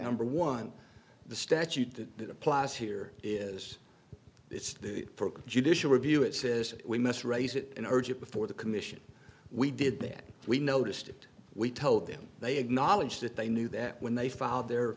kember one the statute that it applies here is it's judicial review it says we must raise it and urge it before the commission we did then we noticed it we told them they acknowledged that they knew that when they filed the